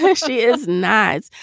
yeah she is nice.